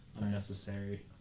unnecessary